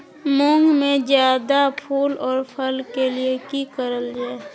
मुंग में जायदा फूल और फल के लिए की करल जाय?